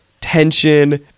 tension